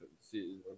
see